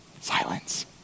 Silence